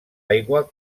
aigua